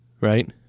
right